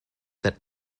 that